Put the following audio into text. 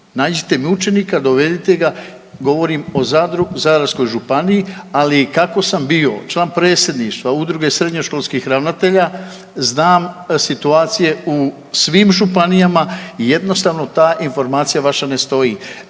nađite mi učenika, dovedite ga, govorim o Zadru, Zadarskoj županiji, ali kako sam bio član predsjedništva udruge srednjoškolskih ravnatelja znam situacije u svim županijama i jednostavno ta informacija vaša ne stoji.